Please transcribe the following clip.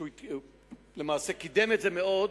הוא למעשה קידם את זה מאוד,